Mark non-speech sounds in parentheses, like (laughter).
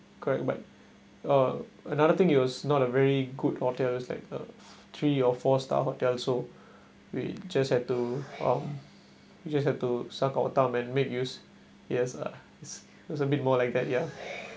correct but uh another thing it was not a very good hotel is like a three or four star hotel so (breath) we just have to um we just have to suck it all up and made use it has uh it's it's a bit more like that ya